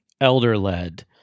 elder-led